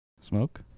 Smoke